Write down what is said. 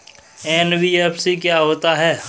NBFC क्या होता है?